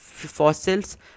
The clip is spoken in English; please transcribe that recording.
fossils